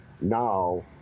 now